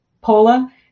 Paula